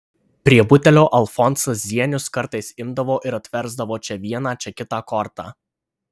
prie butelio alfonsas zienius kartais imdavo ir atversdavo čia vieną čia kitą kortą